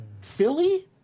Philly